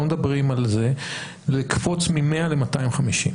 לקפוץ מ-100 ל-250.